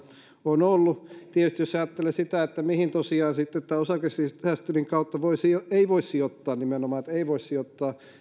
on ollut merkittävää vaikutusta tietysti jos sitten ajattelee sitä mihin tosiaan tämän osakesäästötilin kautta ei voi sijoittaa nimenomaan ei voi sijoittaa niin